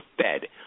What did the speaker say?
fed